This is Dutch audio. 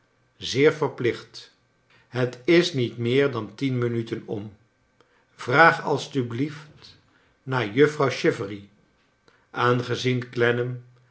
zeer verplicht het is niet meer dan tien minuten om vraag alstublieft naar juffrouw chivery i r aangezien